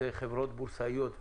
הן חברות בורסאיות,